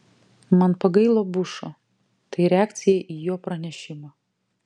man pagailo bušo tai reakcija į jo pranešimą